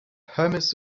hermes